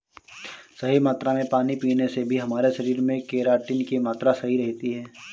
सही मात्रा में पानी पीने से भी हमारे शरीर में केराटिन की मात्रा सही रहती है